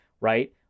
right